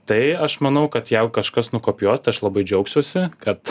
tai aš manau kad jau kažkas nukopijuos aš labai džiaugsiuosi kad